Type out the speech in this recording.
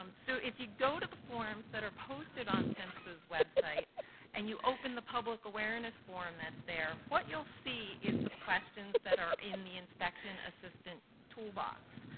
um so if you go to the forms that are posted on phmsa's website and you open the public awareness form that is there, what you'll see is the questions that are in the inspection assistant tool box.